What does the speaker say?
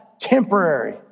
temporary